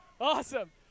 Awesome